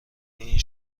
این